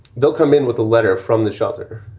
they'll come in with a letter from the shelter.